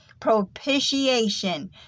propitiation